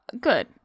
good